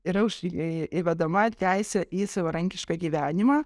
yra užsi ė įvedama teisė į savarankišką gyvenimą